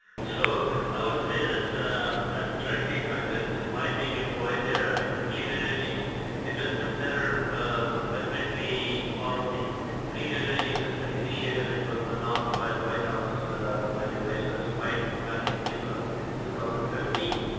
so i would say that that's directly impacted my being employed here. i mean the clean energy investment center was definitely all of the clean energy investment initiative which was announced by the white house by vice president biden back in june of two thousand and fifteen.